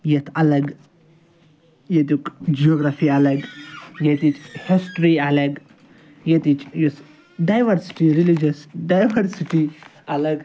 یَتھ اَلگ یتیٛک جیوگرٛافی الگ یٔتِچۍ ہسٹرٛی الگ یٔتِچۍ یۄس ڈایوَرسِٹی ریٚلِجیٚس ڈایوَرسِٹی اَلگ